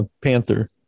panther